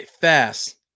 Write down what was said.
fast